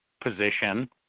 position